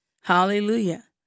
Hallelujah